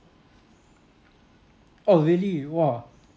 oh really !wah!